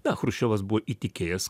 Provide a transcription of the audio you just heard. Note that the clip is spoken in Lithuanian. na chruščiovas buvo įtikėjęs